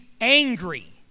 angry